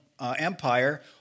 Empire